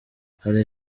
hari